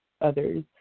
others